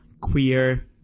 queer